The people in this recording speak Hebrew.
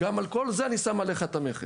על כל זה אני גם שם עליך את המכס.